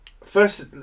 first